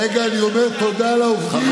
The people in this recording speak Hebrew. רגע, אני אומר תודה לעובדים.